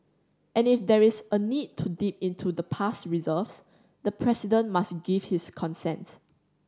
and if there is a need to dip into the past reserves the President must give his consent